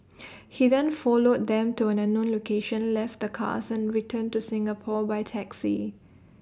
he then followed them to an unknown location left the cars and returned to Singapore by taxi